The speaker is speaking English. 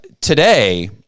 today